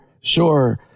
sure